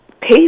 pay